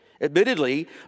Admittedly